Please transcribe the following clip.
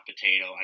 potato